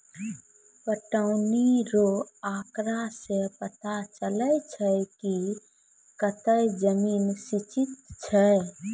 पटौनी रो आँकड़ा से पता चलै छै कि कतै जमीन सिंचित छै